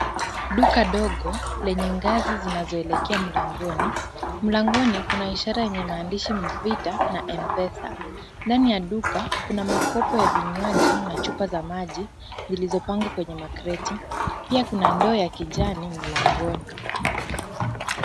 Duka dogo lenye ngazi zinazoelekea mlangoni. Mlangoni kuna ishara yenye maandishi mvida na M-Pesa . Ndani ya duka kuna makopo ya vinywaji na chupa za maji zilizopangwa kwenye makreti. Pia kuna ndoo ya kijani mlangoni.